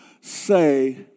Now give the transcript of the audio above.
say